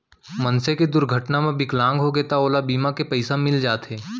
मनसे के दुरघटना म बिकलांग होगे त ओला बीमा के पइसा मिल जाथे